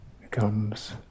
becomes